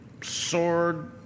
sword